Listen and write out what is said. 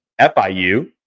FIU